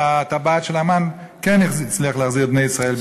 והטבעת של המן כן הצליחה להחזיר את בני ישראל בתשובה.